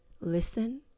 listen